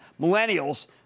millennials